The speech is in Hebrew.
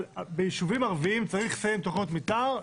ביישובים ערביים צריך לסיים תוכניות מתאר,